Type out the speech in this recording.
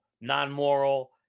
non-moral